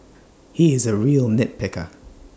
he is A real nitpicker